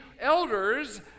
elders